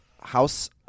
house